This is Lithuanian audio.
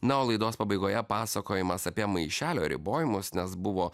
na o laidos pabaigoje pasakojimas apie maišelio ribojimus nes buvo